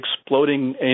exploding